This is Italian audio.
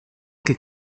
che